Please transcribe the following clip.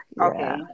Okay